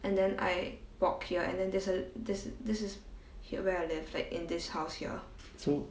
so